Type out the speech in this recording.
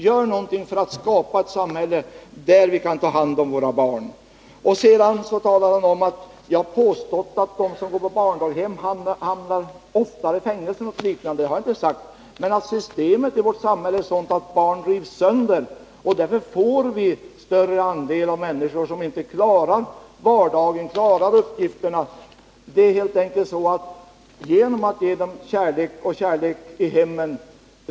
Gör någonting för att skapa ett samhälle där vi kan ta hand om våra barn! Sedan säger Gabriel Romanus att jag har påstått att de barn som går på barndaghem senare oftare hamnar i fängelse än andra. Det har jag inte sagt. Men systemet i vårt samhälle är sådant att barn rivs sönder, och därför får vi en större andel människor som inte klarar sina vardagsuppgifter. Det är helt enkelt större chanser att det går bra för barnen, om man ger dem kärlek i hemmen.